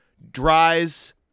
Dries